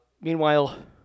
Meanwhile